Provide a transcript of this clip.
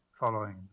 Following